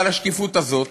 אבל השקיפות הזאת